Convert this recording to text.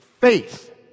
faith